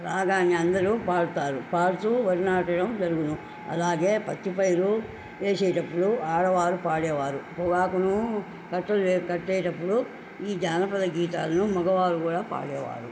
రాగాన్ని అందరు పాడుతారు పాడుతు వరినాటడం జరుగును అలాగే పచ్చి పైరు వేసేటప్పుడు ఆడవారు పాడేవారు పొగాకును కట్టలు కట్టేటప్పుడు ఈ జానపద గీతాలను మగవారు కూడా పాడేవారు